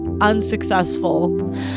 Unsuccessful